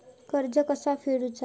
कर्ज कसा फेडुचा?